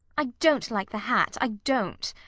i don't like the hat i don't.